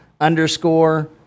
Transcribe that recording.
underscore